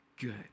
good